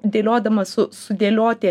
dėliodama su sudėlioti